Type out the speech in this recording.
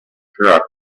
draft